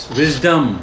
wisdom